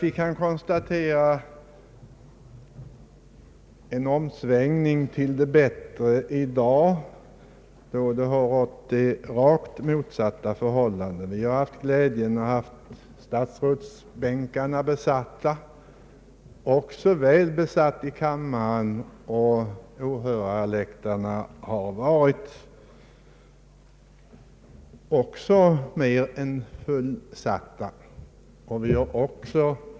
Vi kan konstatera en omsvängning till det bättre i dag då det har rått rakt motsatta förhållanden. Vi har haft glädjen av att ha haft statsrådsbänkarna väl besatta. Det har också varit välbesatt i kammaren, och åhörarläktarna har varit fullsatta.